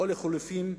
או לחלופין,